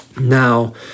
Now